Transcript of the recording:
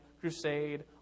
Crusade